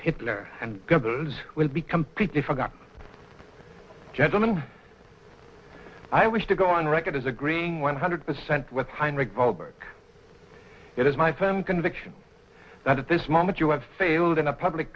hitler and girls will be completely forgotten gentlemen i wish to go on record as agreeing one hundred percent with heinrich gulberg it is my firm conviction that at this moment you have failed in a public